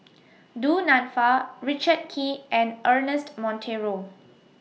Du Nanfa Richard Kee and Ernest Monteiro